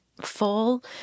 full